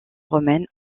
romaine